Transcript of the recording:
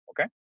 Okay